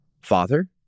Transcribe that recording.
Father